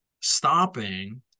stopping